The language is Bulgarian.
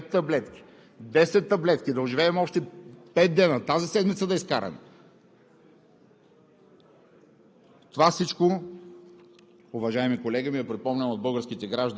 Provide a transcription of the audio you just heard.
за себе си или като родители на малки деца са идвали и са се молели: „Ако може поне пет таблетки, 10 таблетки, да оживеем още пет дни, тази седмица да изкараме.“